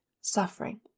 suffering